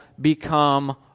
become